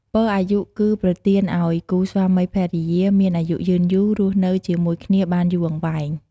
ពរអាយុ គឺប្រទានពរឲ្យគូស្វាមីភរិយាមានអាយុយឺនយូរ រស់នៅជាមួយគ្នាបានយូរអង្វែង។